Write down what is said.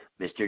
Mr